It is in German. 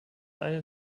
eine